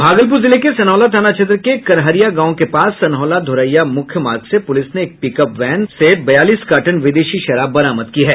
भागलपुर जिले के सन्हौला थाना क्षेत्र के करहरिया गांव के पास सन्हौला धोरैया मुख्य मार्ग से प्रलिस ने एक पिकअप वैन से बयालीस कार्टन विदेशी शराब बरामद की है